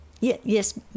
Yes